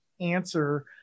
answer